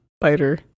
spider